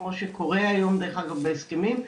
כמו שקורה היום בהסכמים,